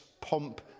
pomp